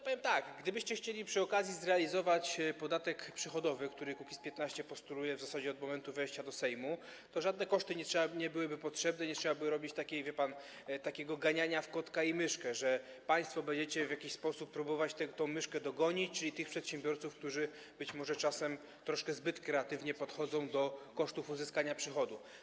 Powiem tak: gdybyście chcieli przy okazji zrealizować podatek przychodowy, który Kukiz’15 postuluje w zasadzie od momentu wejścia do Sejmu, to żadne koszty nie byłyby potrzebne, nie trzeba by było robić takiego, wie pan, ganiania w kotka i myszkę, że państwo będziecie w jakiś sposób próbować tę myszkę dogonić, czyli tych przedsiębiorców, którzy być może czasem troszkę zbyt kreatywnie podchodzą do kosztów uzyskania przychodu.